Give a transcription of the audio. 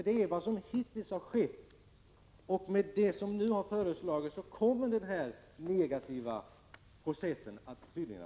Det är vad som hittills har skett, och med det som nu har föreslagits kommer denna negativa process tydligen att fortsätta.